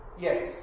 yes